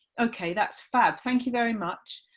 ok, that's fab, thank you very much.